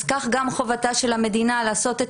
אז כך גם חובתה של המדינה לעשות את